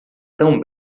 tão